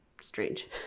strange